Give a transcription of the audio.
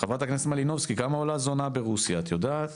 "חברת הכנסת מלינובסקי כמה עולה זונה ברוסיה את יודעת?".